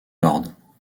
lords